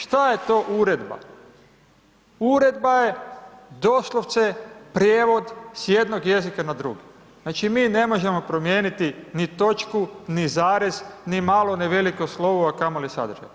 Šta je to uredba, uredba je doslovce prijevod s jednog jezika na drugi, znači mi ne možemo promijeniti ni točku, ni zarez, ni malo ni veliko slovo a kamoli sadržaj.